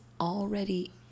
already